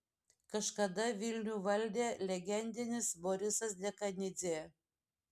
kažkada vilnių valdė legendinis borisas dekanidzė